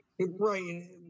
Right